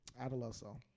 Adeloso